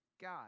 God